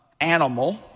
animal